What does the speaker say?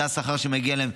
זה השכר שמגיע להם,